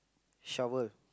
shower